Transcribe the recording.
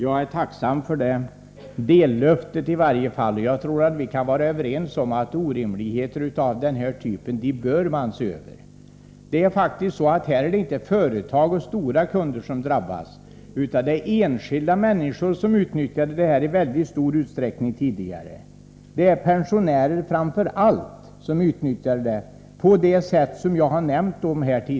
Herr talman! Jag är tacksam för detta dellöfte. Jag tror att vi kan vara överens om att orimligheter av denna typ bör ses över. Här drabbas faktiskt inte företag och stora kunder utan enskilda människor — framför allt pensionärer — som tidigare i stor utsträckning har utnyttjat denna möjlighet på det sättet som jag har nämnt.